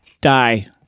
die